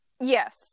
yes